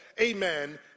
amen